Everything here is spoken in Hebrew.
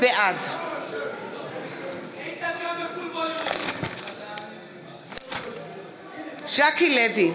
בעד ז'קי לוי,